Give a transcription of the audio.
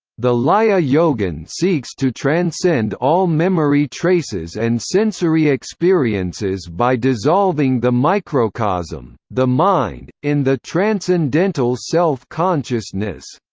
the laya-yogin seeks to transcend all memory traces and sensory experiences by dissolving the microcosm, the mind, in the transcendental self-consciousness.